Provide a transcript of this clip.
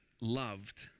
loved